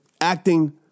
acting